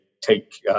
take